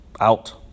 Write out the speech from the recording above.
Out